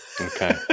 okay